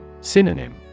Synonym